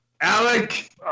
Alec